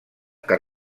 que